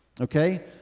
Okay